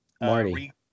marty